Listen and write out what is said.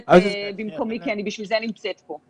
אומרת במקומי, כי בשביל זה אני נמצאת פה.